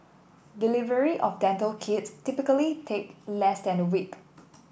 delivery of dental kits typically take less than a week